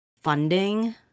funding